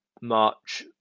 March